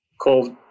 called